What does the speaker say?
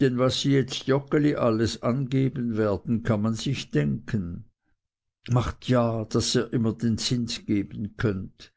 denn was sie jetzt joggeli alles angeben werden kann man sich denken macht ja daß ihr immer den zins geben könnt